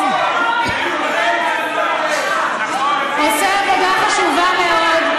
הם לא, המתנחלים, עושה עבודה חשובה מאוד.